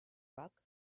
rock